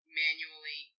manually